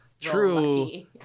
true